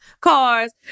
cars